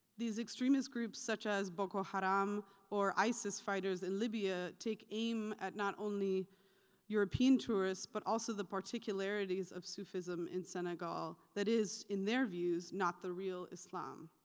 these extremist groups, such as boko haram or isis fighters in libya take aim at not only european tourists but also the particularities of sufism in senegal that is, in their views, not the real islam.